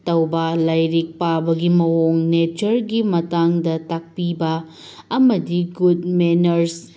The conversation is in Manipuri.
ꯇꯧꯕ ꯂꯥꯏꯔꯤꯛ ꯄꯥꯕꯒꯤ ꯃꯑꯣꯡ ꯅꯦꯆꯔꯒꯤ ꯃꯇꯥꯡꯗ ꯇꯥꯛꯄꯤꯕ ꯑꯃꯗꯤ ꯒꯨꯗ ꯃꯦꯅ꯭ꯔꯁ